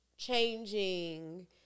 Changing